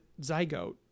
zygote